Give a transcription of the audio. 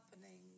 happening